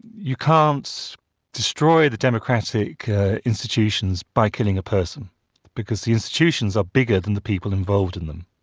you can't destroy the democratic institutions by killing a person because the institutions are bigger than the people involved in them.